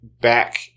back